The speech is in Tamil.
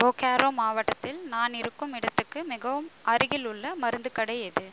போகேரோ மாவட்டத்தில் நான் இருக்கும் இடத்துக்கு மிகவும் அருகிலுள்ள மருந்துக் கடை எது